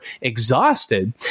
exhausted